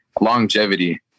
longevity